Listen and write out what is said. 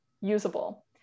usable